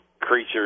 creatures